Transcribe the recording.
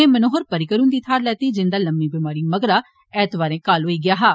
उनें मनोहर पर्रिकर हुन्दी थाहर लैती जिन्दा लम्मी बमारी मगरा ऐतवारें काल होई गेआ हा